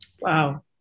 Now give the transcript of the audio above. Wow